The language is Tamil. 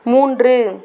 மூன்று